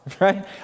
right